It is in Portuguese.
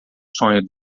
sonho